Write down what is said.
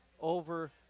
over